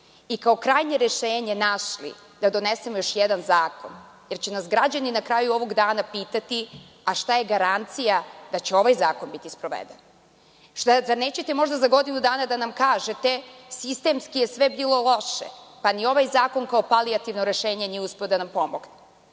i kao krajnje rešenje našli da donesemo još jedan zakon, jer će nas građani na kraju ovog dana pitati – a, šta je garancija da će ovaj zakon biti sproveden. Da nećete možda za godinu dana da nam kažete – sistemski je sve bilo loše, pa ni ovaj zakon kao rešenje nije uspeo da nam